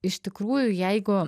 iš tikrųjų jeigu